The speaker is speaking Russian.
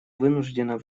вынуждена